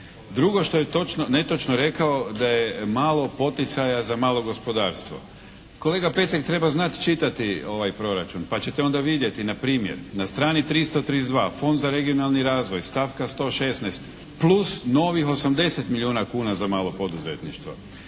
Drugo što je netočno rekao da je malo poticaja za malo gospodarstvo. Kolega Pecek, treba znati čitati ovaj proračun pa ćete onda vidjeti na primjer na strani 332. Fond za regionalni razvoj stavka 116 plus novih 80 milijuna kuna za malo poduzetništvo.